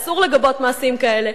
אסור לגבות מעשים כאלה.